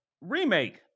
remake